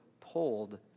pulled